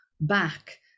back